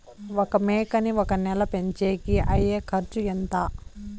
ఒక మేకని ఒక నెల పెంచేకి అయ్యే ఖర్చు ఎంత?